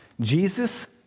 Jesus